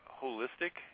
holistic